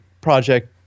project